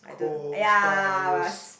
Coke Sprite all those